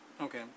Okay